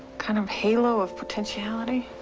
kind of halo of potentiality.